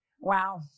wow